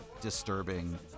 disturbing